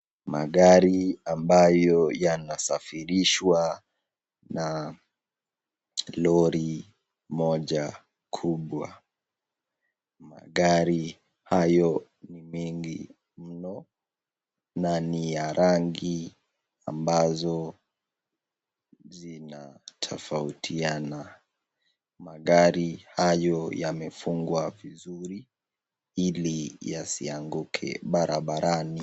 Magari ambayo yanasafirishwa na lori moja kubwa. Magari hayo ni mengi mno na ni ya rangi ambazo zinatofautiana. Magari hayo yamefungwa vizuri ili yasianguke barabarani.